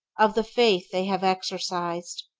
of the faith they have exercised,